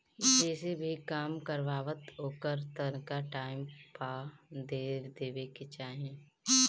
जेसे भी काम करवावअ ओकर तनखा टाइम पअ दे देवे के चाही